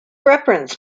reference